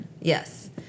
Yes